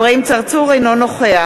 אינו נוכח